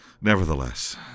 Nevertheless